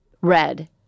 red